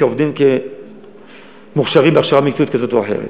כעובדים מוכשרים בהכשרה מקצועית כזאת או אחרת.